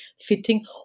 fitting